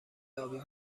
ابی